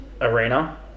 Arena